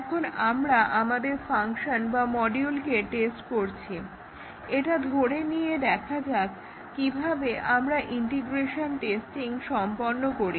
এখন আমরা আমাদের ফাংশন বা মডিউলগুলোকে টেস্ট করেছি এটা ধরে নিয়ে দেখা যাক কিভাবে আমরা ইন্টিগ্রেশন টেস্টিং সম্পন্ন করি